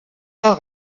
pas